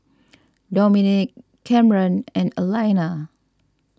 Dominick Kamren and Alayna